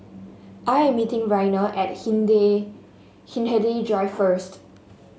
I am meeting Raina at Hindhede Drive first